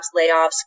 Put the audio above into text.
layoffs